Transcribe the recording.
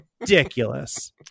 ridiculous